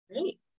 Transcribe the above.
Great